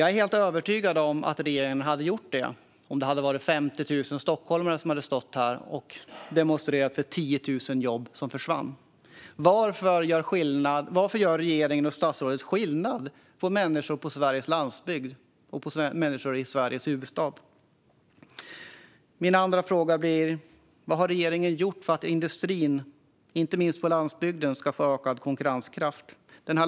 Jag är övertygad om att regeringen hade gjort det om det hade varit 50 000 stockholmare som hade stått här och demonstrerat för 10 000 jobb som försvann. Varför gör regeringen och statsrådet skillnad på människor på Sveriges landsbygd och människor i Sveriges huvudstad? Min andra fråga blir: Vad har regeringen gjort för att industrin, inte minst på landsbygden, ska få ökad konkurrenskraft?